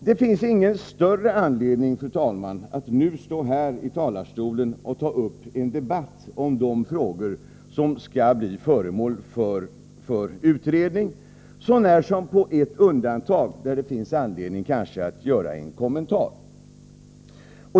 Det finns ingen större anledning, fru talman, att här och nu inleda en debatt om de frågor som skall bli föremål för utredning, så när som på ett Vissa frågor på det undantag, där det finns anledning att göra en kommentar.